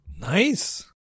nice